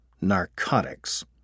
narcotics